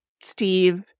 Steve